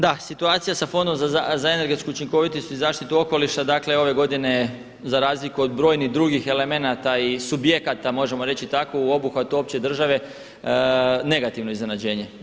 Da, situacija sa Fondom za energetsku učinkovitost i zaštitu okoliša dakle ove godine je za razliku od brojnih drugih elemenata i subjekata, možemo reći tako u obuhvatu opće države negativno iznenađenje.